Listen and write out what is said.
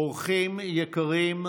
אורחים יקרים,